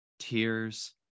tears